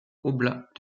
oblats